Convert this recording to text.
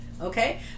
Okay